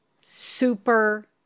super